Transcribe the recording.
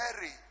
Mary